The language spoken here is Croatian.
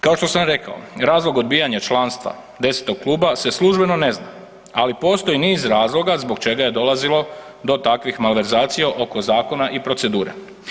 Kao što sam rekao razlog odbijanja članstva 10. kluba se službeno ne zna, ali postoji niz razloga zbog čega je dolazilo do takvih malverzacija oko zakona i procedure.